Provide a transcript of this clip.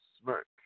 smirk